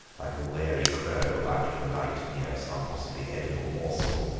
like a wary crow about to alight near some possibly edible morsel.